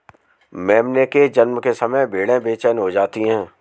मेमने के जन्म के समय भेड़ें बेचैन हो जाती हैं